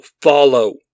follow